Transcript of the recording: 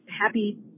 happy